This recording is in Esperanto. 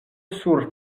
sur